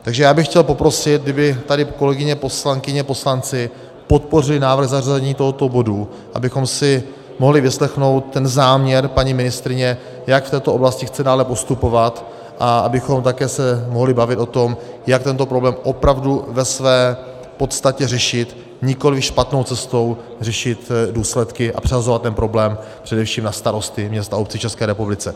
Takže já bych chtěl poprosit, kdyby tady kolegyně poslankyně, poslanci podpořili návrh zařazení tohoto bodu, abychom si mohli vyslechnout ten záměr paní ministryně, jak v této oblasti chce dále postupovat, a abychom také se mohli bavit o tom, jak tento problém opravdu ve své podstatě řešit, nikoliv špatnou cestou řešit důsledky a přehazovat ten problém především na starosty měst a obcí v České republice.